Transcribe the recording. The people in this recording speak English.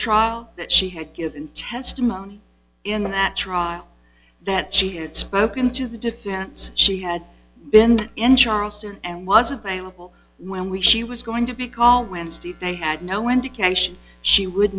trial that she had given testimony in that trial that she had spoken to the defense she had been in charleston and wasn't paying the bill when we she was going to be called wednesday they had no indication she would